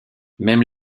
même